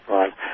Right